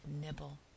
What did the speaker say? nibble